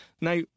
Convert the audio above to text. Now